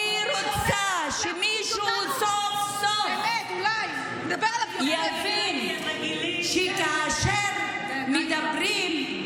אני רוצה שמישהו סוף-סוף יבין שכאשר מדברים,